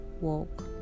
walk